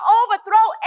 overthrow